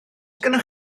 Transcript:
gennych